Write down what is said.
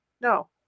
No